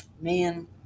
man